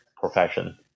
profession